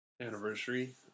anniversary